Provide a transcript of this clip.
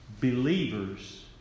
believers